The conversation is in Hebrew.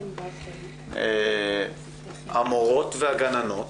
המורות והגננות,